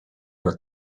were